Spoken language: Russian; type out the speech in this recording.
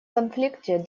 конфликте